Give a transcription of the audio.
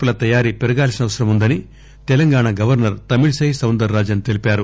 పుల తయారీ పెరగాల్సిన అవసరం ఉందని Telangana governor Tamilisai Soundararajan తెలిపారు